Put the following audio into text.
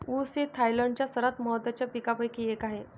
ऊस हे थायलंडच्या सर्वात महत्त्वाच्या पिकांपैकी एक आहे